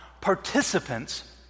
participants